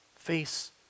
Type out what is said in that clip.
face